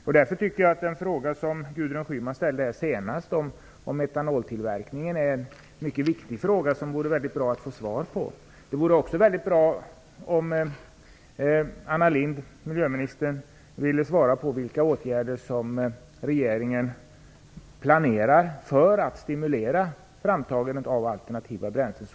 Därför tycker jag att den fråga som Gudrun Schyman avslutningsvis ställde om etanoltillverkning är mycket viktig, och det vore mycket bra att få ett svar på den. Det vore också mycket bra om miljöminister Anna Lindh ville svara på vilka åtgärder regeringen planerar för att stimulera framtagandet av alternativa bränslen.